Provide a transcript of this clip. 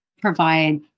provide